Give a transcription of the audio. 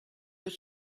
were